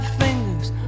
fingers